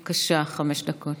בבקשה, חמש דקות.